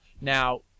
Now